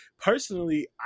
personally